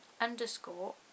underscore